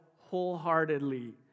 wholeheartedly